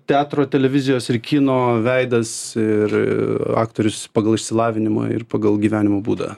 teatro televizijos ir kino veidas ir aktorius pagal išsilavinimą ir pagal gyvenimo būdą